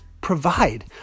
provide